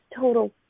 total